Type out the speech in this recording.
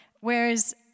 Whereas